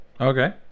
Okay